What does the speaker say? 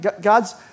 God's